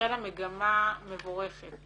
החלה מגמה מבורכת